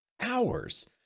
hours